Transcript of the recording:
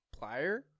Plier